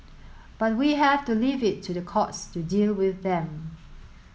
but we have to leave it to the courts to deal with them